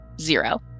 Zero